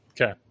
Okay